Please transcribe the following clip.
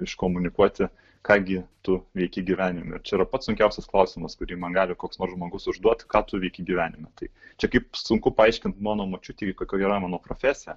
iškomunikuoti ką gi tu veiki gyvenime čia yra pats sunkiausias klausimas kurį man gali koks nors žmogus užduot ką tu veiki gyvenime tai čia kaip sunku paaiškinti mano močiutei kokia yra mano profesija